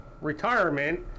retirement